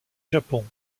japon